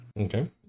okay